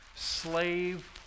Slave